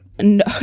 no